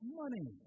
money